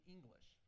English